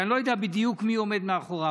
שאני לא יודע בדיוק מי עומד מאחוריו,